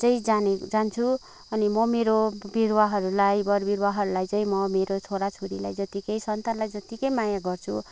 म चाहिँ जाने जान्छु अनि म मेरो बिरुवाहरूलाई बर बिरुवाहरूलाई चाहिँ म मेरो छोरा छोरीलाई जत्तिकै सन्तानलाई जत्तिकै माया गर्छु